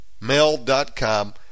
mail.com